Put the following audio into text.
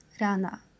Rana